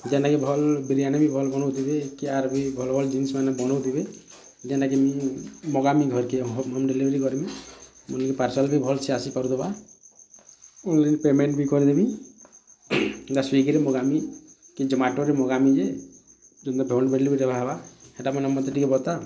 ଯେନ୍ତା କି ଭଲ୍ ବରିୟାନୀ ବନଉଥିବେ ଯେନ୍ତା କି ଭଲ୍ ଭଲ୍ ଜିନିସ୍ ବନଉଥିବେ ଯେନ୍ତା କି ମଗାମି ଘର୍ କେ ହୋମ୍ ଡେଲିଭରି କର୍ମି ପାର୍ଶଲ ବି ଭଲସେ ଆସିପାରୁଥିବା ଅନ୍ଲାଇନ୍ ପ୍ୟାମେଣ୍ଟ ବି କରିଦେବି ସ୍ୱିଗିରେ ମଗାମି କି ଜମାଟୋର୍ ମଗାମି ଯେ ସେଟା ମତେ ବତା